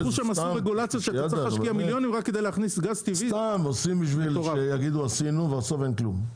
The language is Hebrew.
כן, עושים בשביל להגיד עשינו ובסוף אין כלום,